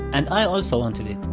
and i also wanted it.